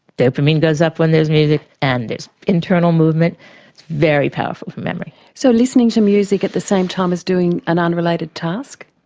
dopamine goes up when there's music and there's internal movement. it's very powerful for memory. so listening to music at the same time as doing an unrelated task?